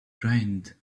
dried